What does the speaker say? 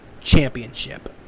Championship